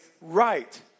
right